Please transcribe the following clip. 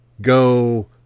Go